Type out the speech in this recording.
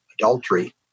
adultery